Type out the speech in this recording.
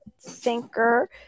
thinker